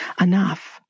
enough